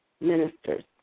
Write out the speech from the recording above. ministers